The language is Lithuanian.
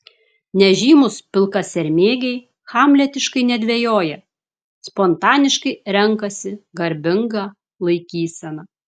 nežymūs pilkasermėgiai hamletiškai nedvejoja spontaniškai renkasi garbingą laikyseną